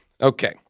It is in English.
Okay